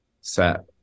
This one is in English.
set